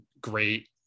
great